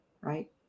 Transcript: Right